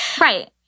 Right